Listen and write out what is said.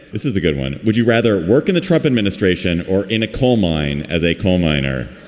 this is a good one. would you rather work in a trump administration or in a coal mine as a coal miner?